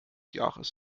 jahres